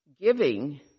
Giving